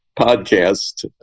podcast